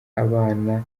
abana